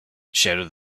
shouted